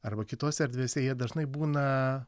arba kitose erdvėse jie dažnai būna